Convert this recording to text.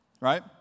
right